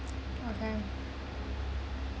okay